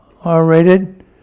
R-rated